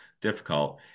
difficult